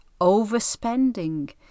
overspending